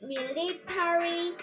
Military